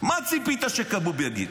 מה ציפית שכבוב יגיד?